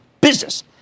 business